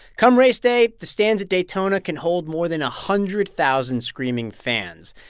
come race day, the stands at daytona can hold more than a hundred thousand screaming fans.